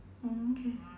mm okay